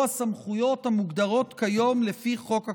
הסמכויות המוגדרות כיום לפי חוק הקורונה.